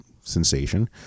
sensation